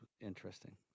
interesting